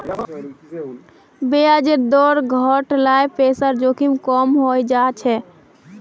ब्याजेर दर घट ल पैसार जोखिम कम हइ जा छेक